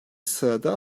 sırada